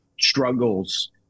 struggles